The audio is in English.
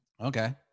Okay